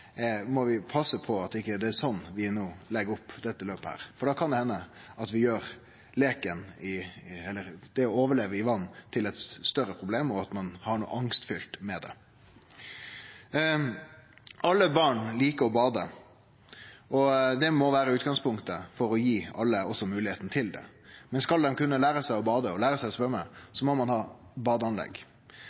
må passe på at vi ikkje legg opp dette løpet sånn at vi går til verks med klare mål, der ein skal bli testa og prøvd for å lære seg å svømme, for da kan det hende at vi gjer det å overleve i vatn til eit større problem, og at det blir noko angstfylt ved det. Alle barn likar å bade – det må også vere utgangspunktet for å gje alle moglegheita til å gjere det. Men skal ein lære seg å svømme, må ein ha badeanlegg.